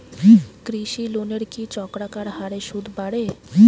কৃষি লোনের কি চক্রাকার হারে সুদ বাড়ে?